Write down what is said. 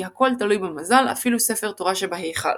כי "הכל תלוי במזל אפילו ספר תורה שבהיכל".